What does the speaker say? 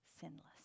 sinless